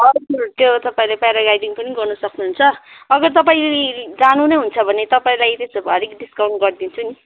हजुर त्यो तपाईँले प्याराग्लाइडिङ पनि गर्नु सक्नुहुन्छ अगर तपाईँ जानु नै हुन्छ भने तपाईँलाई त्यसो भए अलिक डिसकाउन्ट गरिदिन्छु नि